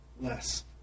less